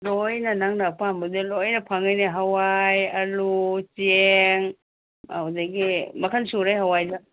ꯂꯣꯏꯅ ꯅꯪꯅ ꯑꯄꯥꯝꯕꯗꯨ ꯂꯣꯏꯅ ꯐꯪꯒꯅꯤ ꯍꯋꯥꯏ ꯑꯂꯨ ꯆꯦꯡ ꯑꯗꯨꯗꯒꯤ ꯃꯈꯟ ꯁꯨꯔꯦ ꯍꯋꯥꯏꯗ